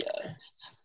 yes